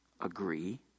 agree